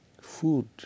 Food